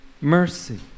Mercy